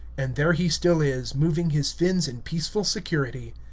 and there he still is, moving his fins in peaceful security.